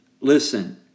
Listen